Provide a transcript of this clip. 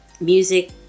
music